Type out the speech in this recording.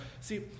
See